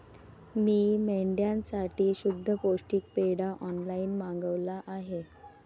मी मेंढ्यांसाठी शुद्ध पौष्टिक पेंढा ऑनलाईन मागवला आहे